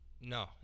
No